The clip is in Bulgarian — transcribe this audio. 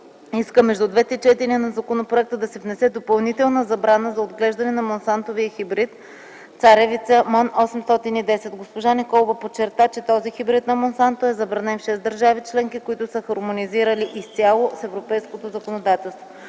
иска между двете четения на законопроекта да се внесе допълнителна забрана за отглеждане на монсантовия хибрид МОН 810. Госпожа Николова подчерта, че този хибрид на „Монсанто” е забранен в 6 държави членки, които са хармонизирани изцяло с европейското законодателство.